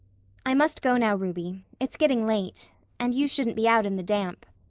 i must go now, ruby. it's getting late and you shouldn't be out in the damp.